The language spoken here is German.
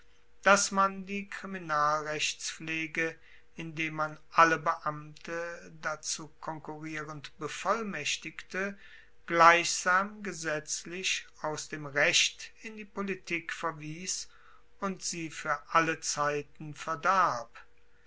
dass man die kriminalrechtspflege indem man alle beamte dazu konkurrierend bevollmaechtigte gleichsam gesetzlich aus dem recht in die politik verwies und sie fuer alle zeiten verdarb